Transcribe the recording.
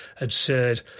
absurd